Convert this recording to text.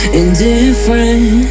indifferent